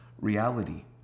reality